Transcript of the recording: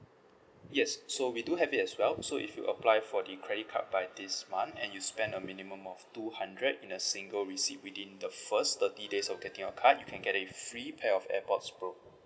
yes so we do have it as well so if you apply for the credit card by this month and you spend a minimum of two hundred in a single receipt within the first thirty days of getting your card you can get a free pair of airpods pro